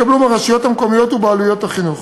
שהתקבלו מהרשויות המקומיות ובעלויות החינוך.